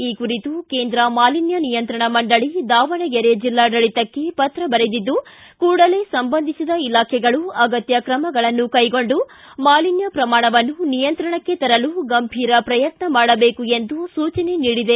ಈ ಕುರಿತು ಕೇಂದ್ರ ಮಾಲಿನ್ವ ನಿಯಂತ್ರಣ ಮಂಡಳ ದಾವಣಗೆರೆ ಜಿಲ್ಲಾಡಳಿತಕ್ಕೆ ಪತ್ರ ಬರೆದಿದ್ದು ಕೂಡಲೇ ಸಂಬಂಧಿಸಿದ ಇಲಾಖೆಗಳು ಅಗತ್ಯ ಕ್ರಮಗಳನ್ನು ಕೈಗೊಂಡು ಮಾಲಿನ್ನ ಪ್ರಮಾಣವನ್ನು ನಿಯಂತ್ರಣಕ್ಕೆ ತರಲು ಗಂಭೀರ ಪ್ರಯತ್ನ ಮಾಡಬೇಕು ಎಂದು ಸೂಚನೆ ನೀಡಿದೆ